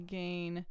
gain